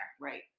Right